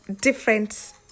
different